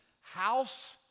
house